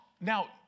now